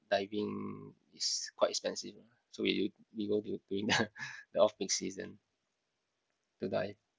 diving is quite expensive so we you we go during the the off-peak season to dive